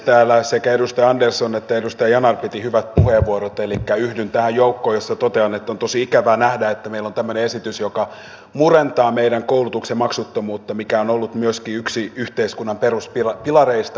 täällä sekä edustaja andersson että edustaja yanar pitivät hyvän puheenvuoron elikkä yhdyn tähän joukkoon ja totean että on tosi ikävää nähdä että meillä on tämmöinen esitys joka murentaa meidän koulutuksen maksuttomuutta mikä on ollut myöskin yksi yhteiskunnan peruspilareista ja perusarvoista